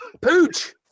pooch